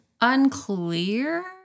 Unclear